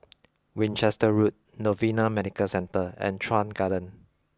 Winchester Road Novena Medical Centre and Chuan Garden